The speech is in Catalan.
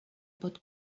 pot